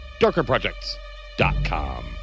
DarkerProjects.com